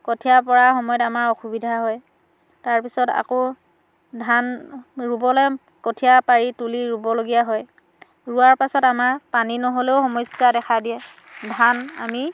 কঠীয়া পৰাৰ সময়ত আমাৰ অসুবিধা হয় তাৰপিছত আকৌ ধান ৰুবলে কঠীয়া পাৰি তুলি ৰুবলগীয়া হয় ৰোৱাৰ পাছত আমাৰ পানী ন'হলেও সমস্যা দেখা দিয়ে ধান আমি